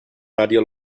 radio